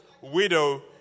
widow